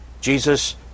Jesus